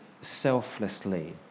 selflessly